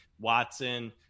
Watson